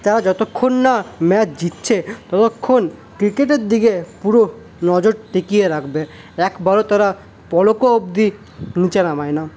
তারা যতক্ষণ না ম্যাচ জিতছে ততক্ষণ ক্রিকেটের দিকে পুরো নজর টিকিয়ে রাখবে একবারও তারা পলক অবধি নিচে নামায় না